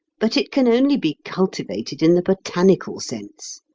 but it can only be cultivated in the botanical sense.